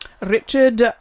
Richard